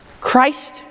Christ